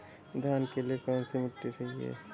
धान के लिए कौन सी मिट्टी सही है?